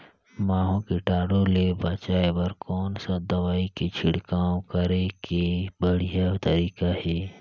महू कीटाणु ले बचाय बर कोन सा दवाई के छिड़काव करे के बढ़िया तरीका हे?